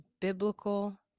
biblical